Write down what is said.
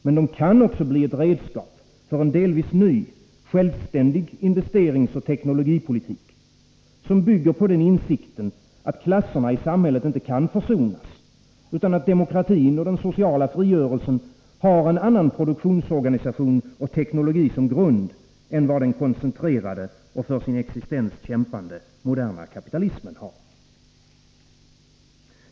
Men de kan också bli ett redskap för en delvis ny, självständig investeringsoch teknologipolitik, som bygger på insikten att klasserna i samhället inte kan försonas, utan att demokratin och den sociala frigörelsen har en annan produktionsorganisation och teknologi som grund än vad den koncentrerade och för sin existens kämpande moderna kapitalismen har.